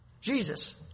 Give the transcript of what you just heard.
Jesus